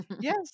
Yes